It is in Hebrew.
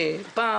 פונה,